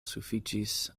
sufiĉis